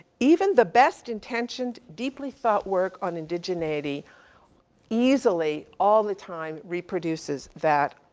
even the best intentioned, deeply thought work on indigeneity easily, all the time reproduces that,